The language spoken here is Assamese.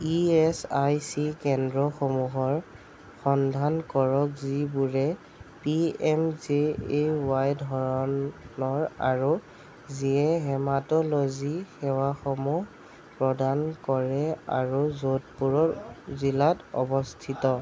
ই এছ আই চি কেন্দ্ৰসমূহৰ সন্ধান কৰক যিবোৰে P M J A Y ধৰণ অৰ আৰু যিয়ে হেমাটলোজি সেৱাসমূহ প্ৰদান কৰে আৰু যোধপুৰৰ জিলাত অৱস্থিত